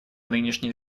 нынешней